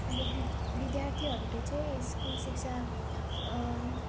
अब वि विद्यार्थीहरूले चाहिँ स्कुल शिक्षा